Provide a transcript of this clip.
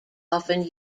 often